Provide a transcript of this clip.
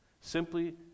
simply